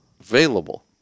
available